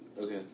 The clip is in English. okay